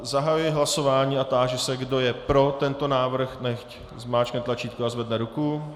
Zahajuji hlasování a táži se, kdo je pro tento návrh, nechť zmáčkne tlačítko a zvedne ruku.